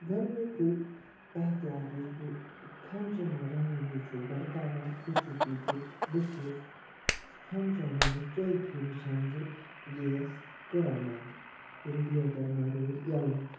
گۄڈنِکُے احتیاط یُس بہٕ کھٮ۪ن چٮ۪ن رَننہٕ وِز چھُس برتاوان سُہ چھُس یہِ کہِ بہٕ چھُس کھٮ۪ن چٮ۪ن رٔنِتھ ژورِ پھِرِ وٕچھان زِ گیس کوٚرَ بنٛد رِگُلیٹَر ما روٗد ییٚلَے